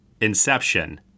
Inception